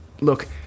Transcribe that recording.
Look